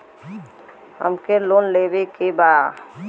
हमके लोन लेवे के बा?